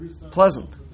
pleasant